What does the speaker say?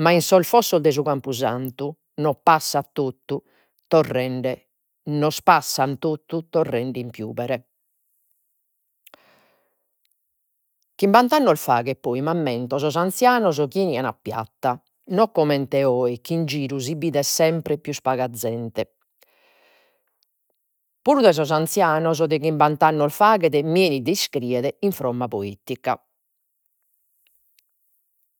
ma in sos fossos de su campusantu nos passat totu, torrende nos passan tottu, torrende in piubere. Chimbanta annos faghet, poi, m’ammento sos anzianos chi 'enian a piatta. No comente oe chi in giru si bidet sempre pius paga zente. Puru de sos anzianos de chimbant’annos faghet mi enit de iscriere in fromma poetica